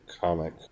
comic